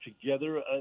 together